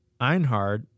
Einhard